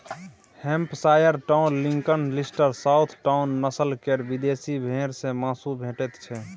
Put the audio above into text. Hampshire town, Lincoln, Leicester, south town, नस्ल केर विदेशी भेंड़ सँ माँसु भेटैत छै